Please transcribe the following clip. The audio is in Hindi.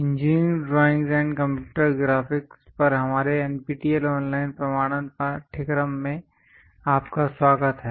engineering drawing and computer graphics पर हमारे एनपीटीईएल ऑनलाइन प्रमाणन पाठ्यक्रमों में आपका स्वागत है